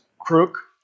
crook